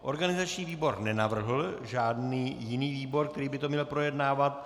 Organizační výbor nenavrhl žádný jiný výbor, který by to měl projednávat.